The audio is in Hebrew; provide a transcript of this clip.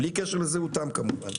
בלי קשר לזהותם כמובן.